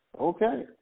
okay